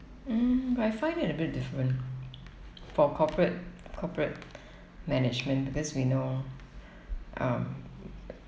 mm but I find it a bit different for corporate corporate management because we know um